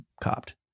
copped